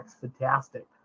Fantastic